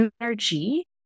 energy